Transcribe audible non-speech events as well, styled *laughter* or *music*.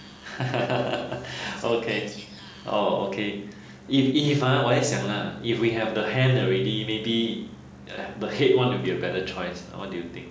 *laughs* okay oh okay if if ha 我在想 lah if we have the hand already maybe uh the head [one] will be a better choice what do you think